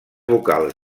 vocals